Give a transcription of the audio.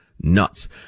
nuts